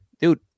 dude